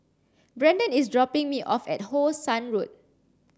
Brandon is dropping me off at How Sun Road